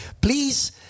please